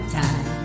time